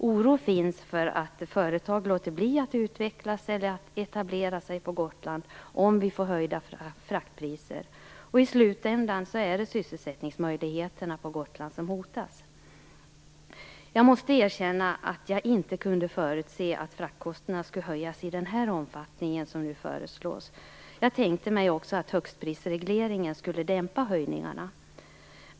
Oro finns för att företag låter bli att utveckla sig eller etablera sig på Gotland om vi får höjda fraktpriser. I slutändan är det sysselsättningsmöjligheterna på Gotland som hotas. Jag måste erkänna att jag inte kunde förutse att fraktkostnaderna skulle höjas i den omfattning som nu föreslås. Jag tänkte mig också att högstprisregleringen skulle dämpa höjningarna.